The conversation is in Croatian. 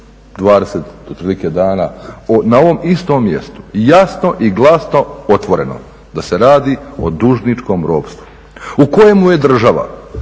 20 otprilike dana na ovom istom mjestu, jasno i glasno, otvoreno da se radi o dužničkom ropstvu u kojemu je država